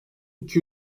iki